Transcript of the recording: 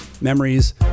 memories